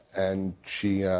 and she